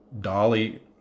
dolly